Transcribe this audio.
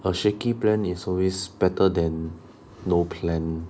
a shaky plan is always better than no plan